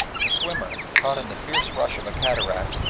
the swimmer, caught in the fierce rush of a cataract,